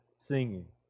Singing